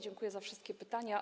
Dziękuję za wszystkie pytania.